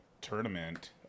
tournament